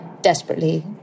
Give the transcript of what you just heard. desperately